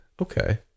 Okay